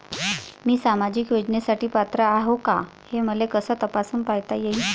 मी सामाजिक योजनेसाठी पात्र आहो का, हे मले कस तपासून पायता येईन?